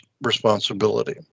responsibility